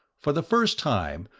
for the first time,